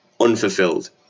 unfulfilled